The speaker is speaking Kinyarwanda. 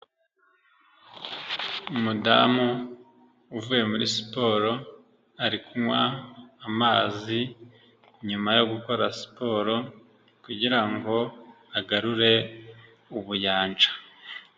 Umudamu uvuye muri siporo, ari kunywa amazi nyuma yo gukora siporo kugira ngo agarure ubuyanja.